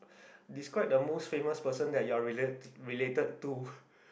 describe the most famous person that you are related related to